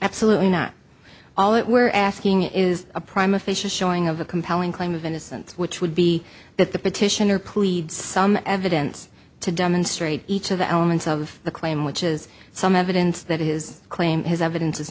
absolutely not all that we're asking is a prime official showing of a compelling claim of innocence which would be that the petitioner pleads some evidence to demonstrate each of the elements of the claim which is some evidence that his claim has evidence